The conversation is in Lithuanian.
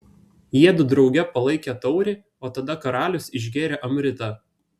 jiedu drauge palaikė taurę o tada karalius išgėrė amritą